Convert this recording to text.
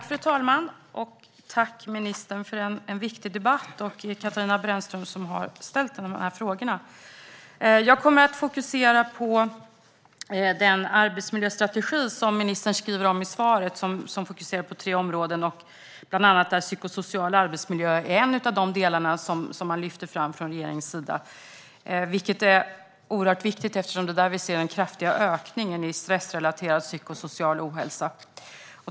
Fru talman! Tack, ministern, för en viktig debatt! Tack, Katarina Brännström, som har ställt dessa frågor! Jag kommer att fokusera på den arbetsmiljöstrategi som ministern talar om i svaret. Den prioriterar tre områden, och den psykosociala arbetsmiljön är en av de delar man lyfter fram från regeringens sida. Det är oerhört viktigt eftersom det är där vi ser en kraftig ökning av stressrelaterad psykosocial ohälsa.